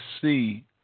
see